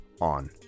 on